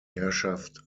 herrschaft